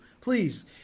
please